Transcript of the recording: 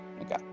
Okay